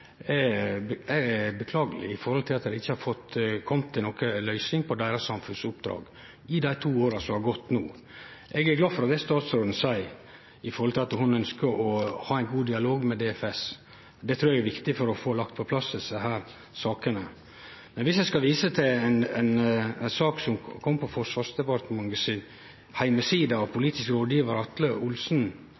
beklageleg – med tanke på at ein ikkje har komme til noka løysing når det gjeld deira samfunnsoppdrag, i dei to åra som no har gått. Eg er glad for det statsråden no seier, at ho ønskjer å ha ein god dialog med DFS. Det trur eg er viktig for å få på plass denne saka. Eg vil vise til ei sak som kom på Forsvarsdepartementets heimeside 9. november 2012, av dåverande politisk